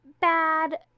bad